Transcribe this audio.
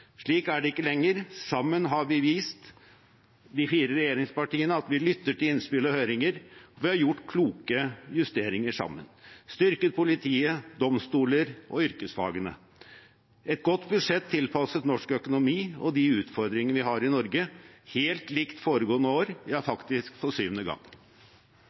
Slik er det ikke lenger. Sammen har de fire regjeringspartiene vist at vi lytter til innspill og høringer, vi har gjort kloke justeringer sammen og styrket politiet, domstolene og yrkesfagene i et godt budsjett tilpasset norsk økonomi og de utfordringene vi har i Norge – helt likt foregående år – ja, faktisk for syvende gang.